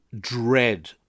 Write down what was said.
dread